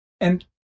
And-